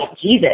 Jesus